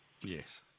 Yes